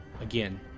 again